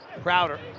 Crowder